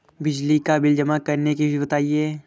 बिजली का बिल जमा करने की विधि बताइए?